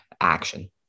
action